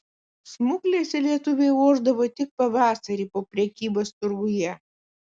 smuklėse lietuviai ošdavo tik pavasarį po prekybos turguje